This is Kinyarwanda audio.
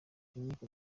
inkiko